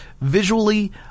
visually